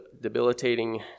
debilitating